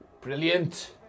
Brilliant